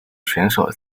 选手